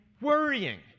worrying